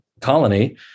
colony